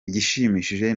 igishimishije